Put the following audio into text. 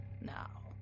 Now